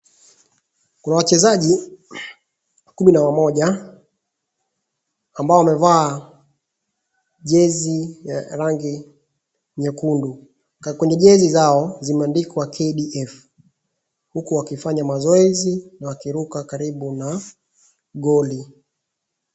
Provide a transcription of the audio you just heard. Kuna wacheze wakumi na wamoja ambao wamevaa jezi ya rangi nyekundu. Jezi zao zimeandikwa kdf. Huku wakifanya mazoezi na wakiruka karibu na goli.